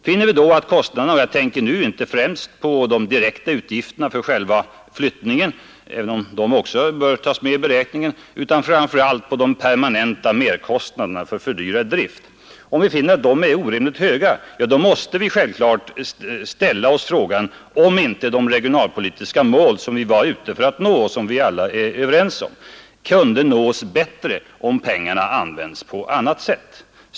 Finner vi då att kostnaderna —- och jag tänker nu inte främst på de direkta utgifterna för själva flyttningen, även om de också bör tas med i beräkningen, utan framför allt på de permanenta merkostnaderna för fördyrad drift — är orimligt höga, då måste vi självfallet ställa oss frågan om inte de regionalpolitiska mål, som vi var ute för att nå och som vi alla är överens om, kunde nås bättre om pengarna används på annat sätt.